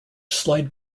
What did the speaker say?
slide